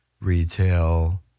retail